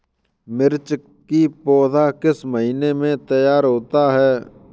मिर्च की पौधा किस महीने में तैयार होता है?